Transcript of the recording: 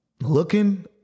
looking